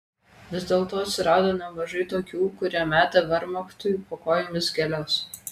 vis dėlto atsirado nemažai tokių kurie metė vermachtui po kojomis gėles